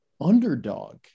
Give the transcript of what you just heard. underdog